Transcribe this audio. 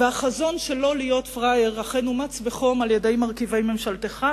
והחזון של לא להיות פראייר אכן אומץ בחום על-ידי מרכיבי ממשלתך,